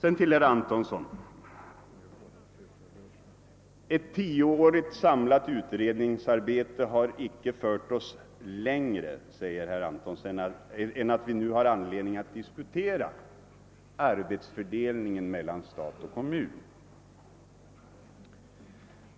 Ett tioårigt samlat utredningsarbete har inte fört oss längre, sade herr Antonsson, än att vi nu har anledning att diskutera arbetsfördelningen mellan stat och kommun.